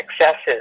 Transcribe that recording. successes